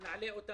לא משתפים